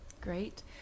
Great